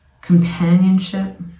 companionship